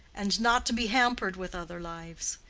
and not to be hampered with other lives.